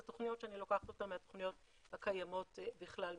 אלה תוכניות שאני לוקחת אותן מהתוכניות הקיימות בכלל במשרד.